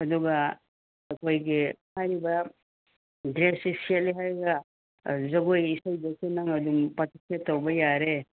ꯑꯗꯨꯒ ꯑꯩꯈꯣꯏꯒꯤ ꯍꯥꯏꯔꯤꯕ ꯗ꯭ꯔꯦꯁꯁꯤ ꯁꯦꯠꯂꯦ ꯍꯥꯏꯔꯒ ꯖꯒꯣꯏꯒꯤ ꯏꯁꯩꯗꯨꯁꯨ ꯅꯪ ꯑꯗꯨꯝ ꯄꯥꯔꯇꯤꯁꯤꯄꯦꯠ ꯇꯧꯕ ꯌꯥꯔꯦ